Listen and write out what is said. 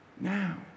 now